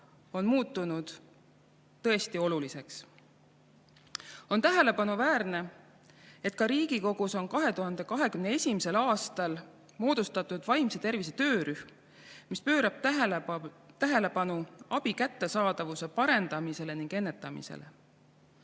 on muutunud tõesti oluliseks. On tähelepanuväärne, et ka Riigikogus on 2021. aastal moodustatud vaimse tervise töörühm, kes pöörab tähelepanu abi kättesaadavuse parendamisele ning ennetamisele.